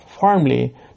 firmly